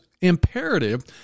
imperative